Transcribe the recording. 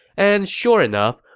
and sure enough,